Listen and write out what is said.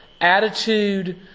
attitude